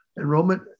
enrollment